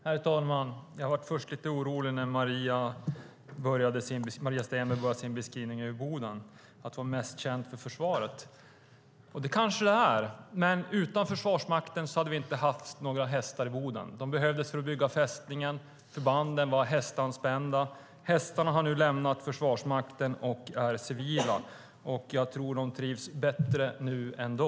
Herr talman! Jag blev först lite orolig när Maria Stenberg började sin beskrivning och sade att Boden var mest känt för försvaret. Så kanske det är, men utan Försvarsmakten hade vi inte haft några hästar i Boden. De behövdes för att bygga fästningen. Förbanden var hästanspända. Hästarna har nu lämnat Försvarsmakten och är civila, och jag tror att de trivs bättre nu än då.